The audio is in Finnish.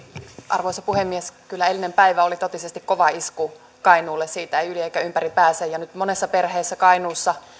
arvoisa puhemies kyllä eilinen päivä oli totisesti kova isku kainuulle siitä ei yli eikä ympäri pääse nyt monessa perheessä kainuussa